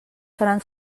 seran